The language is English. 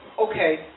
Okay